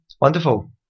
Wonderful